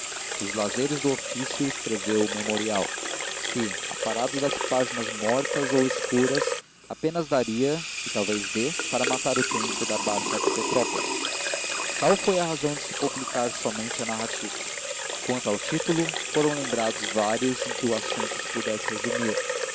nos lazeres do ofício escreveu o memorial que aparado das páginas mortas ou escuras apenas daria e talvez dê para matar o tempo da barca de petrópolis tal foi a razão de se publicar somente a narrativa quanto ao título foram lembrados vários em que o assunto se pudesse resumir